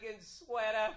sweater